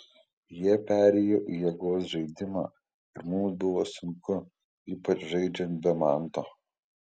jie perėjo į jėgos žaidimą ir mums buvo sunku ypač žaidžiant be manto